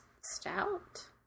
stout